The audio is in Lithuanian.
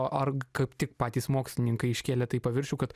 ar kaip tik patys mokslininkai iškėlė tai į paviršių kad